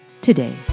today